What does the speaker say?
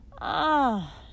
Ah